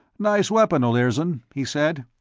nice weapon, olirzon, he said.